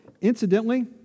Incidentally